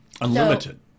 Unlimited